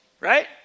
Right